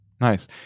nice